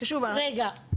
רגע.